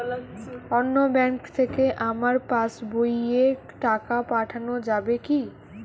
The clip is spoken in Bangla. অন্য ব্যাঙ্ক থেকে আমার পাশবইয়ে টাকা পাঠানো যাবে কি?